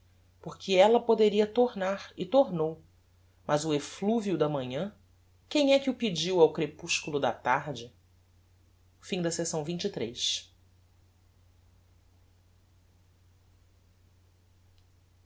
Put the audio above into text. porque ella poderia tornar e tornou mas o effluvio da manhã quem é que o pediu ao crepúsculo da tarde capitulo cxvi